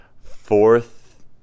fourth